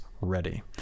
ready